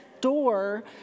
door